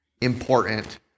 important